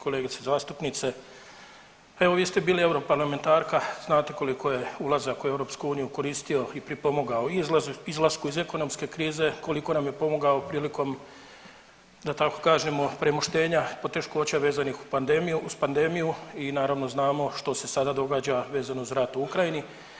Kolegice zastupnice, pa evo vi ste bili europarlamentarka znate koliko je ulazak u EU koristio i pripomogao izlasku iz ekonomske krize, koliko nam je pomogao prilikom da tako kažemo premoštenja poteškoća vezanih uz pandemiju i naravno znamo što se sada događa vezano uz rat u Ukrajini.